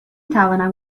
توانم